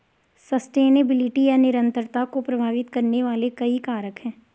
sustainability या निरंतरता को प्रभावित करने वाले कई कारक हैं